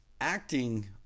acting